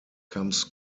comes